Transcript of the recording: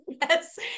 Yes